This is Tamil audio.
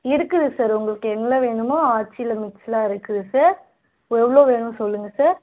இருக்குது சார் உங்களுக்கு என்ன வேணுமோ ஆச்சியில் மிக்ஸெல்லாம் இருக்குது சார் ஓ எவ்வளோ வேணும்னு சொல்லுங்கள் சார்